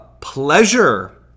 pleasure